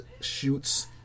shoots